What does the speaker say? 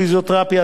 פיזיותרפיה,